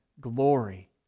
glory